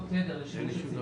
יתר,